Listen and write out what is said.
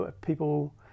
People